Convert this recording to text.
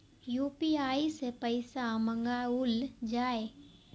UPI सै पैसा मंगाउल जाय?